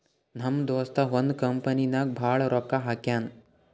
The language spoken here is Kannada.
ನಮ್ ದೋಸ್ತ ಒಂದ್ ಕಂಪನಿ ನಾಗ್ ಭಾಳ್ ರೊಕ್ಕಾ ಹಾಕ್ಯಾನ್